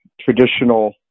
traditional